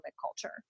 culture